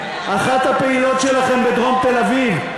אחת הפעילות שלכם בדרום תל-אביב,